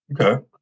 Okay